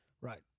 Right